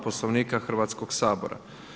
Poslovnika Hrvatskog sabora.